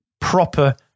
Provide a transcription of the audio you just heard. proper